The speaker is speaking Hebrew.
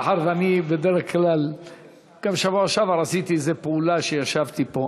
מאחר שגם בשבוע שעבר עשיתי איזו פעולה כשישבתי פה,